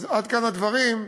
עד כאן הדברים,